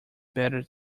better